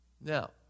Now